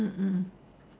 mm mm